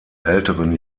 älteren